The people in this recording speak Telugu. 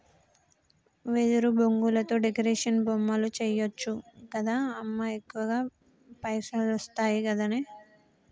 వెదురు బొంగులతో డెకరేషన్ బొమ్మలు చేయచ్చు గదా అమ్మా ఎక్కువ పైసలొస్తయి గదనే